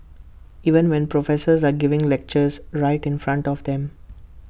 even when professors are giving lectures right in front of them